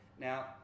Now